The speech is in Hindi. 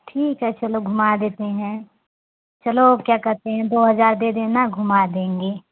ठीक है चलो घुमा देते हैं चलो अब क्या कहते हैं दो हज़ार दे देना घुमा देंगे